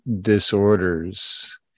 disorders